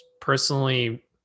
personally